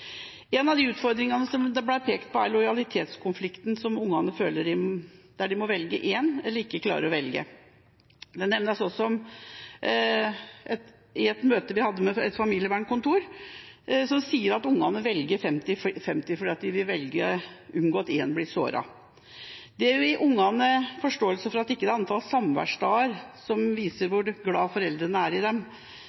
En av utfordringene som det ble pekt på, er lojalitetskonflikten, der ungene føler de må velge en eller ikke klarer å velge. Det ble også nevnt i et møte vi hadde med et familievernkontor, at ungene velger 50/50 fordi de vil unngå at en blir såret. Det å gi ungene en forståelse av at det ikke er antall samværsdager som viser hvor glad foreldrene er i dem,